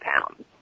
pounds